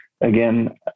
again